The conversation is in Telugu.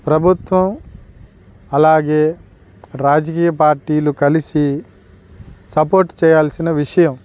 ప్రభుత్వం అలాగే రాజకీయ పార్టీలు కలిసి సపోర్ట్ చేయాల్సిన విషయం